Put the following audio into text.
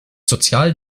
sozial